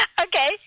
Okay